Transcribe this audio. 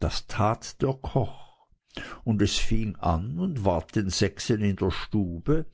das tat der koch und es fing an und ward den sechsen in der stube